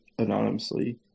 Anonymously